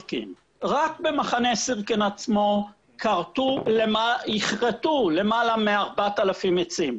שרק במחנה סירקין עצמו יכרתו למעלה מ-4,000 עצים.